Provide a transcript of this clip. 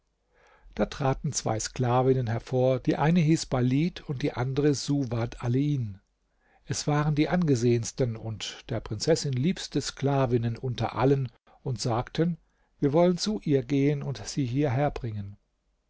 da traten zwei sklavinnen hervor die eine hieß balid und die andere suwad alein es waren die angesehensten und der prinzessin liebste sklavinnen unter allen und sagten wir wollen zu ihr gehen und sie hierher bringen